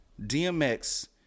DMX